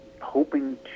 hoping